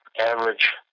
average